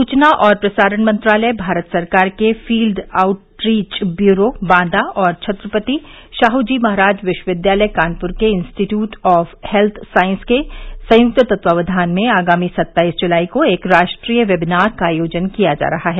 सूचना और प्रसारण मंत्रालय भारत सरकार के फील्ड आउटरीच ब्यूरो बांदा और छत्रपति शाहूजी महाराज विश्वविद्यालय कानपुर के इस्ट्टीयूट ऑफ हेल्थ साइंस के संयुक्त तत्ववाघान में आगामी सत्ताईस जुलाई को एक राष्ट्रीय वेबिनार का आयोजन किया जा रहा है